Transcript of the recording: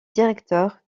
directeur